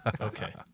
Okay